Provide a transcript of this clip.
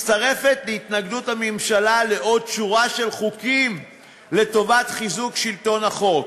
מצטרפת להתנגדות הממשלה לעוד שורה של חוקים לחיזוק שלטון החוק,